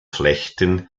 flechten